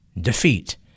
defeat